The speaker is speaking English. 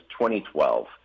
2012